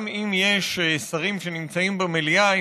גם אם יש שרים שנמצאים במליאה,